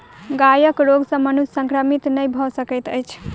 गायक रोग सॅ मनुष्य संक्रमित नै भ सकैत अछि